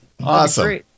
Awesome